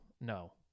no